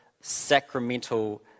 sacramental